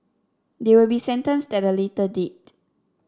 they will be sentenced at a later date